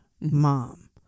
mom